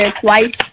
twice